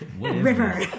River